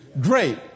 Great